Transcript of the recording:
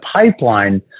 pipeline